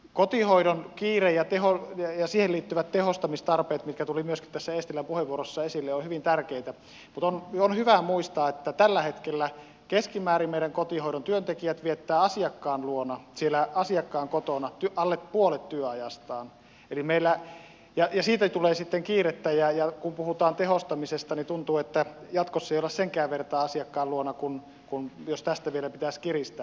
kotihoidon kiire ja siihen liittyvät tehostamistarpeet mitkä tulivat myöskin tässä eestilän puheenvuorossa esille ovat hyvin tärkeitä mutta on hyvä muistaa että tällä hetkellä meidän kotihoidon työntekijät viettävät asiakkaan luona siellä asiakkaan kotona keskimäärin alle puolet työajastaan ja siitä tulee sitten kiirettä ja kun puhutaan tehostamisesta niin tuntuu että jatkossa ei olla senkään vertaa asiakkaan luona jos tästä vielä pitäisi kiristää